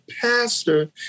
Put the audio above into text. pastor